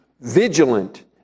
vigilant